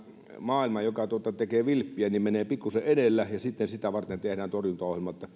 maailma joka tekee vilppiä menee pikkuisen edellä ja sitten sitä varten tehdään torjuntaohjelma